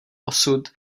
osud